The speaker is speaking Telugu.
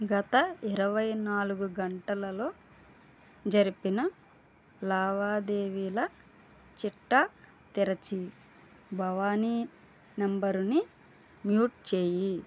గత ఇరువై నాలుగు గంటలలో జరిపిన లావాదేవీల చిట్టా తెరచి భవానీ నంబరు ని మ్యూట్ చేయి